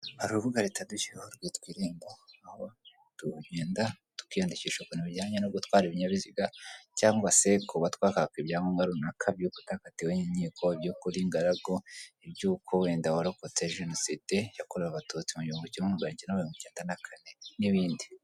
Hari urubuga leta yadushyiriyeho rwitwa irembo, aho tugenda tukiyandikisha ku bintu bijyanye no gutwara ibinyabiziga cyangwa se kuba twakwaka ibyangombwa runaka by'uko utakatiwe n'inkiko, iby'uko uri ingaragu, iby'uko wenda warokotse jenoside yakorewe abatutsi mu gihumbi kimwe magana icyenda mirongo icyenda na kane n'ibindi.